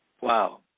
Wow